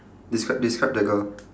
describe describe the girl